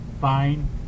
Fine